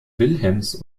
wilhelms